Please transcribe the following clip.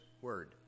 word